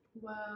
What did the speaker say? Wow